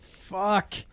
Fuck